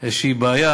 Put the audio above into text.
איזו בעיה,